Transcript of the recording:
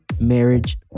marriage